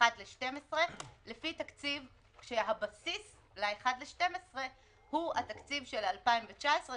1/12 כשהבסיס ל-1/12 הוא התקציב של 2019,